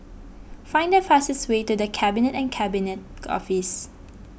find the fastest way to the Cabinet and Cabinet Office